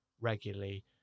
regularly